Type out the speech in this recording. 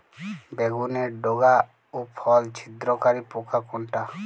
বেগুনের ডগা ও ফল ছিদ্রকারী পোকা কোনটা?